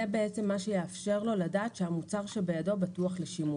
בעצם מה שיאפשר לו לדעת שהמוצר שבידיו בטוח לשימוש.